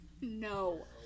No